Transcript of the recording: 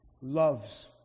loves